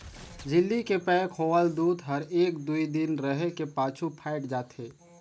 झिल्ली के पैक होवल दूद हर एक दुइ दिन रहें के पाछू फ़ायट जाथे